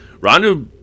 Rondo